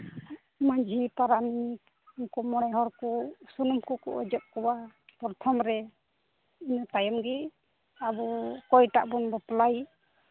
ᱢᱟᱹᱡᱷᱤ ᱯᱟᱨᱟᱱᱤᱠ ᱩᱱᱠᱩ ᱢᱚᱬᱮ ᱦᱚᱲ ᱠᱚ ᱥᱩᱱᱩᱢ ᱠᱚᱠᱚ ᱚᱡᱚᱜ ᱠᱚᱣᱟ ᱯᱨᱚᱛᱷᱚᱢ ᱨᱮ ᱤᱱᱟᱹ ᱛᱟᱭᱚᱢ ᱜᱮ ᱟᱵᱚ ᱚᱠᱚᱭᱴᱟᱜ ᱵᱚᱱ ᱵᱟᱯᱞᱟᱭᱮ